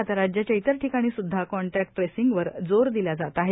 आता राज्याच्या इतर ठिकाणी सुध्दा कॉटॅक्ट टेसिंगवर जोर दिल्या जात आहे